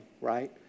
right